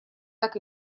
так